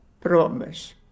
promise